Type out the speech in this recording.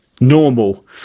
normal